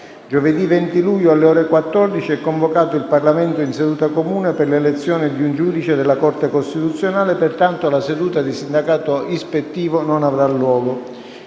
Giovedì 20 luglio, alle ore 14, è convocato il Parlamento in seduta comune per l'elezione di un giudice della Corte costituzionale; pertanto la seduta di sindacato ispettivo non avrà luogo.